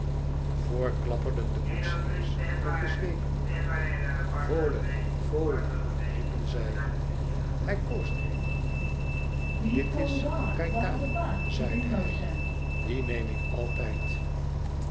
vor klapperden de koetsiers met de zweepen vole vole riepen zij hij koos er een it is gaëtano zeide hij dien neem ik altijd